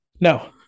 No